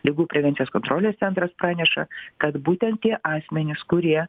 ligų prevencijos kontrolės centras praneša kad būtent tie asmenys kurie